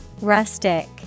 Rustic